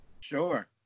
Sure